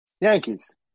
Yankees